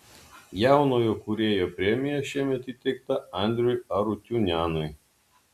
jaunojo kūrėjo premija šiemet įteikta andriui arutiunianui